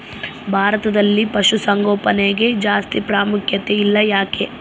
ಭಾರತದಲ್ಲಿ ಪಶುಸಾಂಗೋಪನೆಗೆ ಜಾಸ್ತಿ ಪ್ರಾಮುಖ್ಯತೆ ಇಲ್ಲ ಯಾಕೆ?